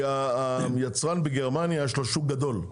כי היצרן בגרמניה יש לו שוק גדול.